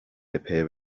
appear